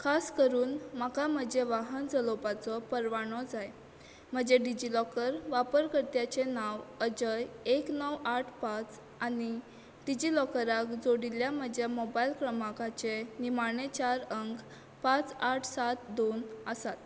खास करून म्हाका म्हजें वाहन चलोवपाचो परवानो जाय म्हजें डिजी लॉकर वापरकर्त्याचें नांव अजय एक णव आठ पांच आनी डिजी लॉकराक जोडिल्ल्या म्हज्या मोबायल क्रमांकाचे निमाणे चार अंक पांच आठ सात दोन आसात